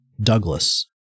Douglas